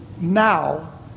Now